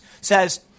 says